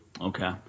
Okay